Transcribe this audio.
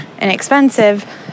inexpensive